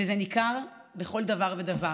וזה ניכר בכל דבר ודבר.